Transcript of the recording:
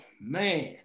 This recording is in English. man